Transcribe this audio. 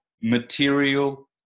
material